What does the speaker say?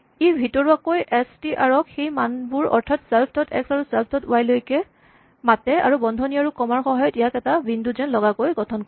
ই ভিতৰুৱাকৈ S T R ক সেই মানবোৰ অৰ্থাৎ ছেল্ফ ডট এক্স আৰু ছেল্ফ ডট ৱাই লৈকে মাতে আৰু বন্ধনী আৰু কমা ৰ সহায়ত ইয়াক এটা বিন্দু যেন লগাকৈ গঠন কৰে